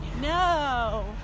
no